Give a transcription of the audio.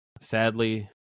Sadly